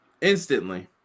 instantly